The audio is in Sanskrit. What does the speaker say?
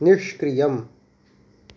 निष्क्रियम्